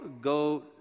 go